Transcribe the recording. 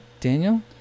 daniel